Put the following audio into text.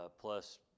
plus